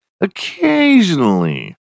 Occasionally